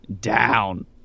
down